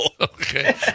Okay